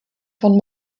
von